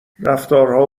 رفتارها